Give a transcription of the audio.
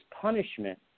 punishment